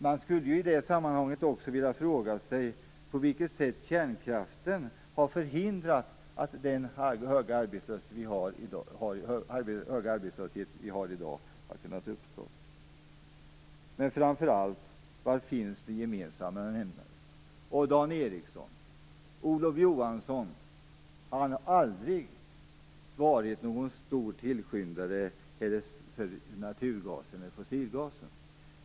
Man frågar sig i det sammanhanget också på vilket sätt kärnkraften har förhindrat att den höga arbetslöshet vi har i dag har uppstått. Men framför allt undrar jag var den gemensamma nämnaren finns. Dan Ericsson! Olof Johansson har aldrig varig någon stor tillskyndare av fossilgas.